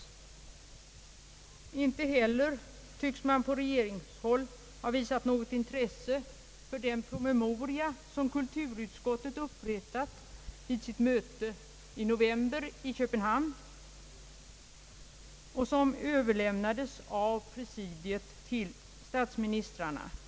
Inte heller tycks regeringen ha visat sitt intresse för den promemoria som kulturutskottet upprättade vid sitt möte i november i Köpenhamn och som av presidiet överlämnades till statsministrarna.